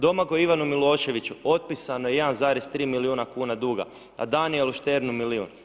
Domagoju Ivanu Miloševiću otpisano je 1,3 milijuna kuna duga, a Danijelu Šternu milijun.